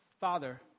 father